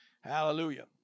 Hallelujah